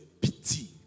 pity